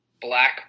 black